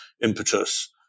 impetus